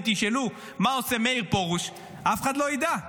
אם תשאלו מה עושה מאיר פרוש, אף אחד לא ידע.